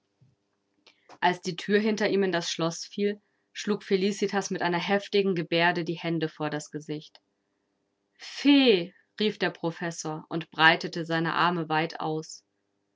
als die thür hinter ihm in das schloß fiel schlug felicitas mit einer heftigen gebärde die hände vor das gesicht fee rief der professor und breitete seine arme weit aus